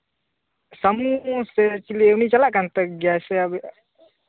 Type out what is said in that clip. ᱥᱟᱹᱢᱩ ᱥᱮ ᱪᱤᱞᱤ ᱩᱱᱤ ᱪᱟᱞᱟᱜ ᱠᱟᱱᱛᱟᱦᱮᱸ ᱜᱮᱭᱟᱭ ᱥᱮ ᱟᱹᱵᱤᱱ